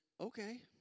okay